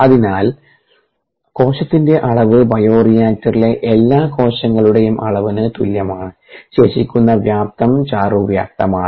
അതിനാൽ കോശത്തിൻറെ അളവ് ബയോറിയാക്ടറിലെ എല്ലാ കോശങ്ങളുടെയും അളവിന് തുല്യമാണ് ശേഷിക്കുന്ന വ്യാപ്തം ചാറു വ്യാപ്തമാണ്